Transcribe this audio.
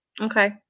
Okay